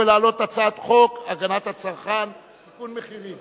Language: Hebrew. שהצעת חוק הגנת הצרכן (תיקון, הצגת מחירים